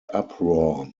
uproar